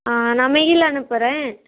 ஆ நான் மெயில் அனுப்புறேன்